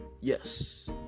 Yes